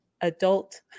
adult